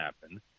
happen